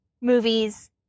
Movies